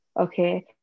okay